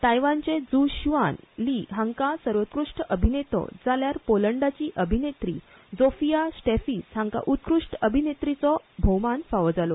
तायवानाचे झू श्आन ली हांकां सर्वोत्कृश्ट अभिनेतो जाल्यार पोलंडाची अभिनेत्री झोफिया स्टॅफिज हांकां उत्कृश्ट अभिनेत्रीचो भोवमान फावो जालो